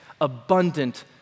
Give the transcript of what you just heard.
abundant